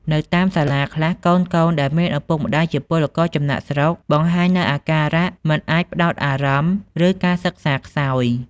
នៅតាមសាលាខ្លះ កូនៗដែលមានឪពុកម្ដាយជាពលករចំណាកស្រុកបង្ហាញនូវអាការៈមិនអាចផ្តោតអារម្មណ៍ ឬការសិក្សាខ្សោយ។